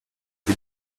die